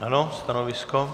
Ano, stanovisko?